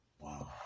Wow